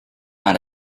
out